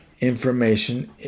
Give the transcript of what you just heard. information